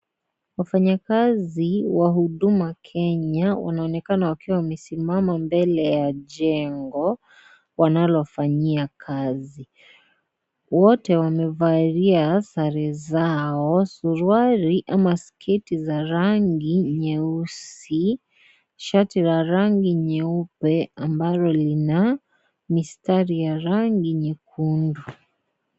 Wafanyakazi wa huduma Kenya wanaonekana wakiwa wamesimama mbele ya jengo wanalofanyia kazi. Wote wamevalia sare zao suruali ama sketi za rangi nyeusi, shati la rangi nyeupe ambalo lina mistari ya rangi nyekundu.